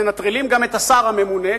מנטרלים גם את השר הממונה,